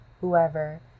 whoever